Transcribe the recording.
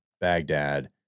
Baghdad